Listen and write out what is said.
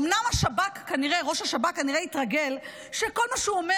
אומנם ראש השב"כ כנראה התרגל שכל מה שהוא אומר,